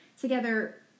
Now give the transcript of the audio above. together